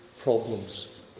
problems